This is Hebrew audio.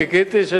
חיכיתי,